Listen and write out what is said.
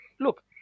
look